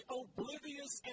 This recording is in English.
oblivious